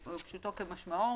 פשוטו כמשמעו,